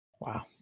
Wow